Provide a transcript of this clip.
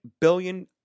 billion